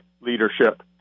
Leadership